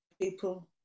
people